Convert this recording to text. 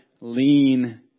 lean